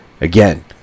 again